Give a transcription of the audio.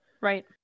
Right